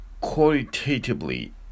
qualitatively